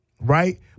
right